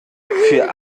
für